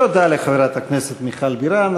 תודה לחברת הכנסת מיכל בירן.